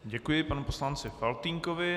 Děkuji panu poslanci Faltýnkovi.